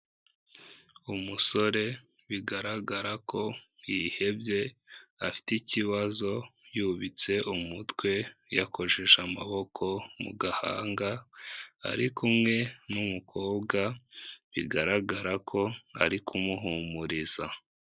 Umusore bigaragara ko yihebye afite ikibazo yubitse umutwe yakojeje amaboko mu gahanga, ari kumwe n'umukobwa bigaragara ko ari kumuhumuriza.